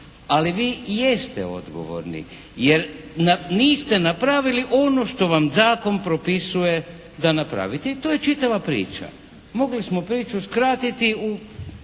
ali vi jeste odgovorni jer niste napravili ono što vam zakon propisuje da napravite i to je čitava priča. Mogli smo priču skratiti u